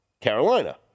Carolina